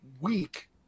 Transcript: week